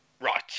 Right